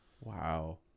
Wow